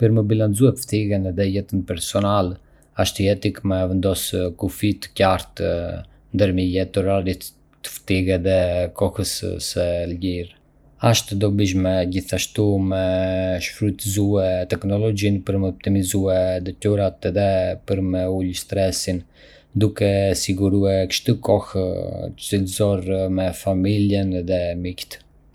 Për me bilancue pftihën edhe jetën personale, asht jetike me vendosë kufij të qartë ndërmjet orarit të punës edhe kohës së lirë. Asht e dobishme gjithashtu me shfrytëzue teknologjinë për me optimizue detyrat edhe për me ulë stresin, duke sigurue kështu kohë cilësore me familjen edhe miqtë.